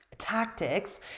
tactics